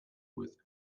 with